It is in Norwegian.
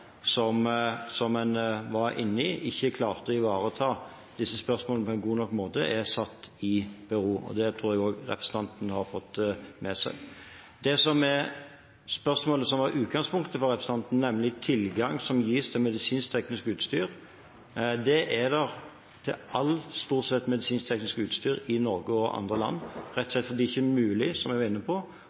som en var inne i, ikke klarte å ivareta disse spørsmålene på en god nok måte, satt i bero. Det tror jeg også representanten har fått med seg. Når det gjelder spørsmålet som var utgangspunktet for representanten, nemlig tilgang som gis til medisinsk-teknisk utstyr, gjelder det stort sett alt medisinsk-teknisk utstyr i Norge og andre land, rett og slett fordi det ikke er mulig, som jeg var inne på,